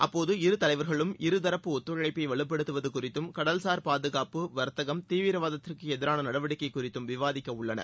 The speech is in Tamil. அப்போது இரு தலைவர்களும் இருதரப்பு ஒத்துழைப்பை வலுப்படுத்துவதுக் குறித்தும் கடல்சார் பாதுகாப்பு வர்த்தகம் தீவிரவாதத்திற்கான எதிரான நடவடிக்கை குறித்தும் விவாதிக்க உள்ளனர்